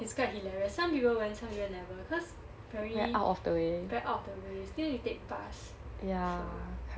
it's quite hilarious some people went some people never cause very very out of the way still need to take bus so